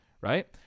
right